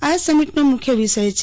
આ સમીટનો મુખ્ય વિષય છે